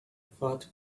thought